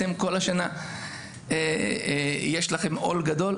כל השנה יש לכם עול גדול,